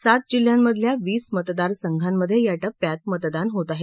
सात जिल्ह्यांमधल्या वीस मतदारसंघांमध्ये या टप्प्यात मतदान होत आहे